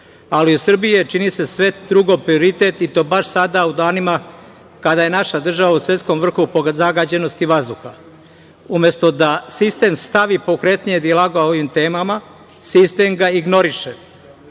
ali u Srbiji je, čini se, sve drugo prioritet, i to baš sada u danima kada je naša država u svetskom vrhu po zagađenosti vazduha. Umesto da sistem pokrene dijalog o ovim temama, sistem ga